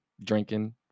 drinking